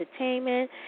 Entertainment